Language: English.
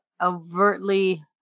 overtly